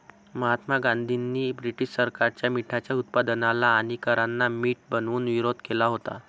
महात्मा गांधींनी ब्रिटीश सरकारच्या मिठाच्या उत्पादनाला आणि करांना मीठ बनवून विरोध केला होता